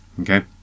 Okay